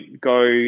go